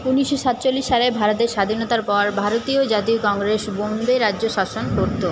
ঊনিশো সাতচল্লিশ সালে ভারতের স্বাধীনতার পর ভারতীয় জাতীয় কংগ্রেস বোম্বে রাজ্য শাসন করত